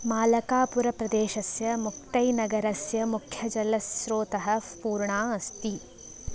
मालकापुरप्रदेशस्य मुक्तैनगरस्य मुख्यजलस्रोतः पूर्णा अस्ति